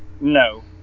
No